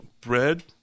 bread